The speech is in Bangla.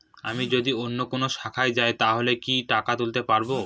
আমি যদি অন্য কোনো শাখায় যাই তাহলে কি টাকা তুলতে পারব?